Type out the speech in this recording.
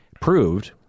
proved